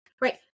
Right